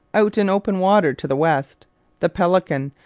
out in open water to the west the pelican,